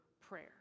prayer